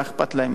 מה אכפת להם,